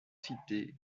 citer